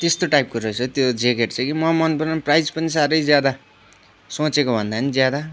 त्यस्तो टाइपको रहेछ त्यो ज्याकेट चाहिँ के मलाई मनपरेन प्राइस पनि साह्रै ज्यादा सोचेकोभन्दा पनि ज्यादा